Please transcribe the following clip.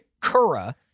Kura